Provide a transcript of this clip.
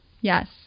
yes